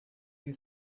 you